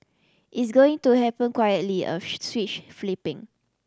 it's going to happen quietly a switch flipping